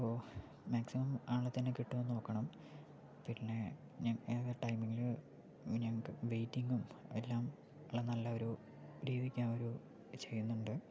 അപ്പോൾ മാക്സിമം ആ ആളെത്തന്നെ കിട്ടുമോയെന്നു നോക്കണം പിന്നെ വേറെ ടൈമിൽ ഞങ്ങൾക്ക് വെയിറ്റിങ്ങും എല്ലാം ഉള്ള നല്ലൊരു രീതിക്കാണ് ഒരു ചെയ്യുന്നുണ്ട്